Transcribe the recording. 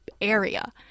area